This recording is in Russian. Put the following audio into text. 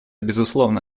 безусловно